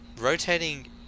rotating